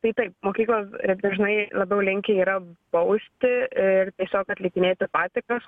tai taip mokyklos dažnai labiau linkę yra bausti ir tiesiog atlikinėti patikras